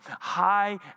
high